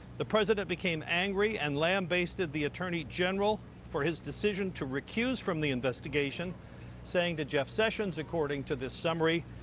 the president became angry and lambasted the attorney general for his decision to recuse from the investigation saying that jeff sessions according to the summary.